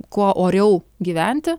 kuo oriau gyventi